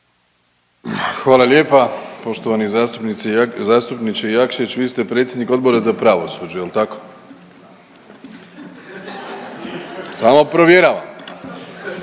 Hvala lijepa poštovani zastupniče Jakšić, vi ste predsjednik Odbora za pravosuđe jel tako? …/Upadica